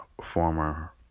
former